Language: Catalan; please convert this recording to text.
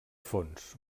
fons